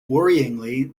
worryingly